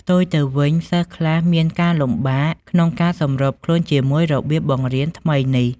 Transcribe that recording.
ផ្ទុយទៅវិញ សិស្សខ្លះមានការលំបាកក្នុងការសម្របខ្លួនជាមួយរបៀបបង្រៀនថ្មីនេះ។